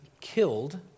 killed